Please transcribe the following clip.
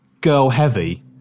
girl-heavy